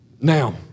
Now